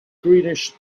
greenish